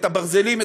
את הברזלים,